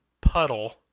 puddle